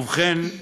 ובכן,